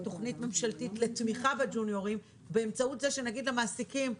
תוכנית ממשלתית לתמיכה בג'וניורים באמצעות זה שנגיד למעסיקים,